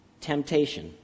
temptation